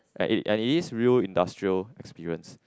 and it and it is real industrial experience